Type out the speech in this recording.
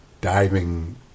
diving